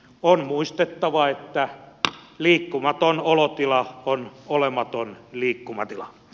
on muistettava että liikkumaton olotila on olematon liikkumatila